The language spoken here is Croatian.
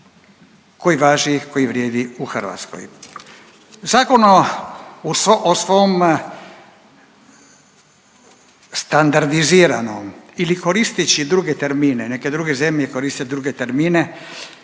koji važi, koji vrijedi u Hrvatskoj. Zakon u svom standardiziranom ili koristeći druge termine, neke druge zemlje koriste druge termine